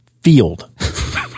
field